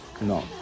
No